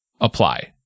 apply